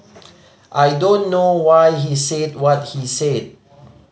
I don't know why he said what he said